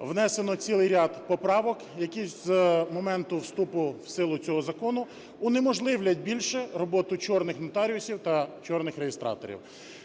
внесено цілий поправок, які з моменту вступу в силу цього закону унеможливлять більше роботу "чорних" нотаріусів та "чорних" реєстраторів.